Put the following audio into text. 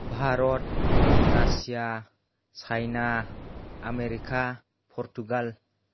Bharat Russia China America Portugal